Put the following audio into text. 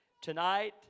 Tonight